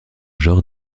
genre